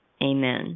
Amen